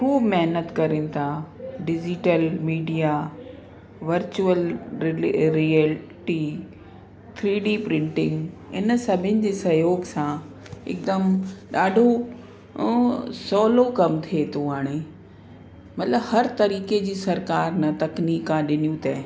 खूब महिनत करण था ॾिज़ीटल मीडिया वर्चुअल रिल रिएलिटी थ्री डी प्रिंटिंग इन सभिनि जे सहयोगु सां हिकदमि ॾाढो सयलो कम थिए थो हाणे मतिलब हर तरीक़े जी सरकार इन तकनीका ॾिनियूं अथव